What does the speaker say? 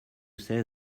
say